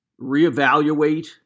reevaluate